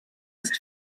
ist